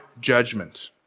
judgment